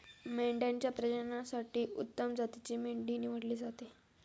मेंढ्यांच्या प्रजननासाठी उत्तम जातीची मेंढी निवडली जाते